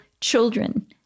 children